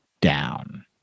down